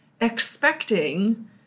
expecting